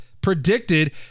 predicted